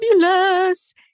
fabulous